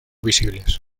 visibles